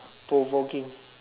provoking